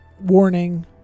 warning